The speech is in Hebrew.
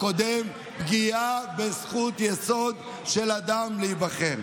הקודם זה פגיעה בזכות יסוד של אדם להיבחר,